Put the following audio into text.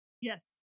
yes